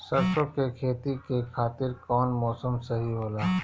सरसो के खेती के खातिर कवन मौसम सही होला?